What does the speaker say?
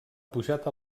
pujat